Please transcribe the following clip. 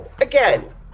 again